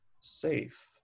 safe